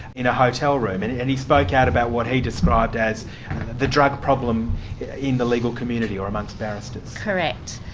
in a hotel room. and and he spoke out about what he described as the drug problem in the legal community, or amongst barristers. correct.